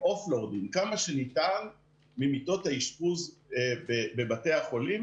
כמה שניתן ממיטות האשפוז בבתי החולים,